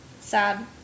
sad